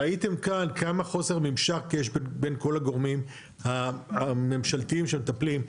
ראיתם כאן כמה חוסר ממשק יש בין כל הגורמים הממשלתיים שמטפלים,